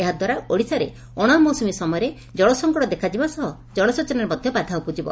ଏହା ଦ୍ୱାରା ଓଡ଼ିଶାରେ ଅଣ ମୌସ୍କୁମୀ ସମୟରେ ଜଳସଂକଟ ଦେଖାଯିବା ସହ ଜଳସେଚନରେ ମଧ୍ୟ ବାଧା ଉପୁଜିବ